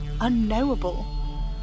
unknowable